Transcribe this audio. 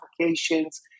applications